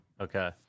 Okay